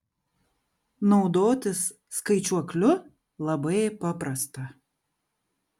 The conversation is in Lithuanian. naudotis skaičiuokliu labai paprasta